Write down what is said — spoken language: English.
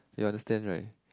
you understand right